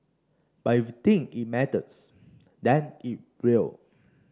but if think it matters then it will